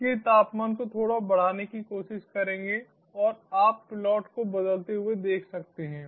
इसलिए तापमान को थोड़ा बढ़ाने की कोशिश करेंगे और आप प्लॉट को बदलते हुए देख सकते हैं